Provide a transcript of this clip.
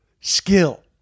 skill